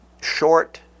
short